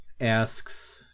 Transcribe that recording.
asks